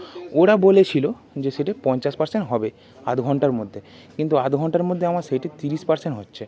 ওরা বলেছিলো যে সেটা পঞ্চাশ পারসেন্ট হবে আধ ঘন্টার মধ্যে কিন্তু আধ ঘন্টার মধ্যে আমার সেটি তিরিশ পারসেন্ট হচ্ছে